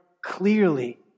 Clearly